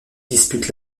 disputent